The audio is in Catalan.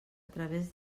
través